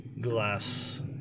glass